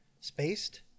Spaced